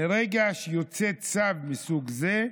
מרגע שיוצא צו מסוג זה,